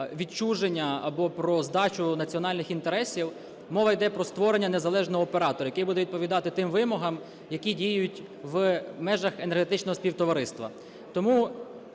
відчуження або про здачу національних інтересів. Мова йде про створення незалежного оператора, який буде відповідати тим вимогам, які діють в межах Енергетичного Співтовариства.